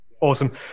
awesome